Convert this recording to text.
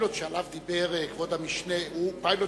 הפיילוט שעליו דיבר כבוד המשנה הוא פיילוט